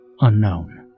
unknown